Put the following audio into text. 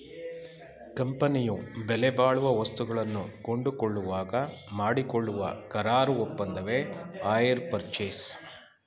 ಕಂಪನಿಯು ಬೆಲೆಬಾಳುವ ವಸ್ತುಗಳನ್ನು ಕೊಂಡುಕೊಳ್ಳುವಾಗ ಮಾಡಿಕೊಳ್ಳುವ ಕರಾರು ಒಪ್ಪಂದವೆ ಹೈರ್ ಪರ್ಚೇಸ್